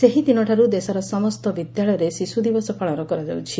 ସେହିଦିନଠାରୁ ଦେଶର ସମସ୍ତ ବିଦ୍ୟାଳୟରେ ଶିଶୁଦିବସ ପାଳନ କରାଯାଉଛି